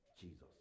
Jesus